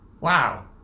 Wow